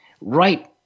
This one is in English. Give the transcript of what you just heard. right